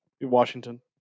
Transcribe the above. Washington